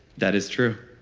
that is true,